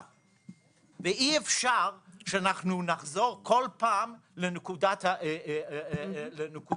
ואי אפשר שאנחנו כל פעם נחזור לנקודת ההתחלה